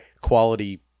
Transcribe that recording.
quality